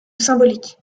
symboliques